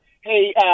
Hey